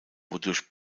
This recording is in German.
wodurch